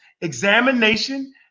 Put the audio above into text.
examination